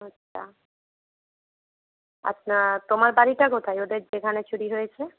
আচ্ছা আচ্ছা তোমার বাড়িটা কোথায় ওদের যেখানে চুরি হয়েছে